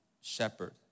shepherd